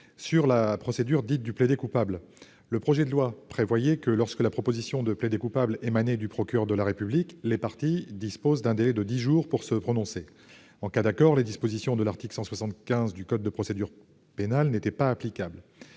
la procédure dite « du plaider-coupable », le projet de loi prévoyait que, lorsque la proposition émanait du procureur de la République, les parties disposaient d'un délai de dix jours pour se prononcer. En cas d'accord, les dispositions de l'article 175 du code de procédure pénale n'étaient pas applicables.